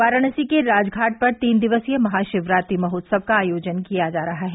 वाराणसी के राजघाट पर तीन दिवसीय महाशिवरात्रि महोत्सव का आयोजन किया जा रहा है